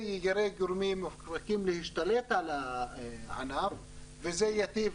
זה יגרה גורמים מובהקים להשתלט על הענף וזה ייטיב